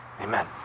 Amen